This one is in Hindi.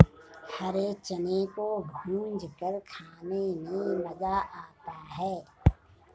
हरे चने को भूंजकर खाने में मज़ा आता है